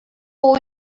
for